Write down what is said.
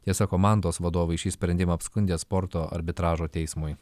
tiesa komandos vadovai šį sprendimą apskundė sporto arbitražo teismui